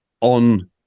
on